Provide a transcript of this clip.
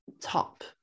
top